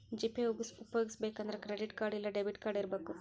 GPay ಉಪ್ಯೊಗಸ್ಬೆಕಂದ್ರ credit card ಇಲ್ಲಾ debit card ಇರಬಕು